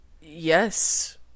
Yes